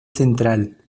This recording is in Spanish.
central